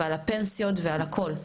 ועל הפנסיות ועל הכל.